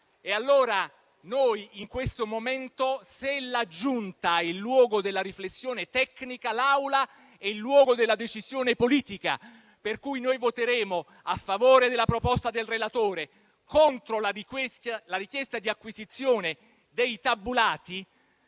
è la verità. In questo momento, allora, se la Giunta è il luogo della riflessione tecnica, l'Aula è il luogo della decisione politica, per cui noi voteremo a favore della proposta del relatore contro la richiesta di acquisizione dei tabulati,